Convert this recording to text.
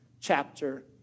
chapter